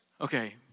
Okay